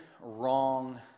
wrong